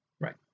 Right